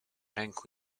ręku